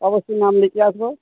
অবশ্যই নাম লিখিয়ে আসবো